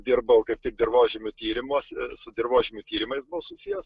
dirbau kaip ir dirvožemių tyrimuos su dirvožemių tyrimais buvau susijęs